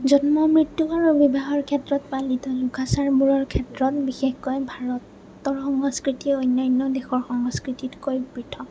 জন্ম মৃত্যু আৰু বিবাহৰ ক্ষেত্ৰত পালিত লোকাচাৰবোৰৰ ক্ষেত্ৰত বিশেষকৈ ভাৰতৰ সংস্কৃতি অন্যান্য দেশৰ সংস্কৃতিতকৈ পৃথক